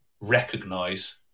recognize